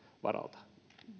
varalta